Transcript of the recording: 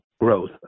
growth